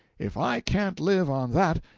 if i can't live on that,